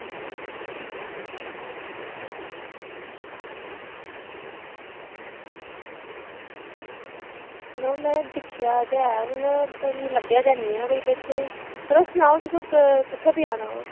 मड़ो में दिक्खेआ ते ऐ पर मिगी लब्भेआ ते हैनी ऐ कोई बिच्च चलो सनाओ तुसें कु'त्थें पजाना ओह्